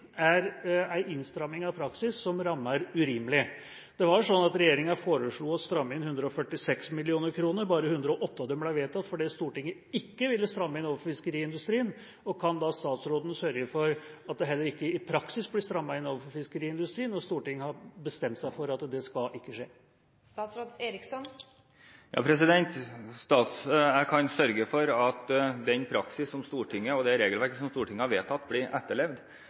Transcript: er en innstramming av praksis som rammer urimelig. Regjeringa foreslo å stramme inn 146 mill. kr, men bare 108 av dem ble vedtatt fordi Stortinget ikke ville stramme inn overfor fiskeindustrien. Kan statsråden sørge for at det heller ikke i praksis blir strammet inn overfor fiskeindustrien, når Stortinget har bestemt seg for at det ikke skal skje? Jeg kan sørge for at det regelverket som Stortinget har vedtatt, blir etterlevd, og at den forståelsen som regelverket skal praktiseres ut fra – som jeg sammen med LO og NHO har